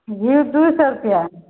येऊ दो सौ रुपया